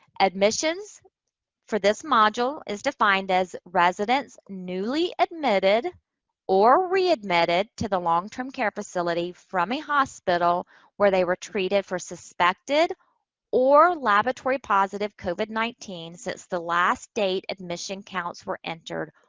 admissions for this module is defined as residents newly admitted or readmitted to the long-term care facility from a hospital where they were treated for suspected or laboratory positive covid nineteen since the last date admission counts were entered,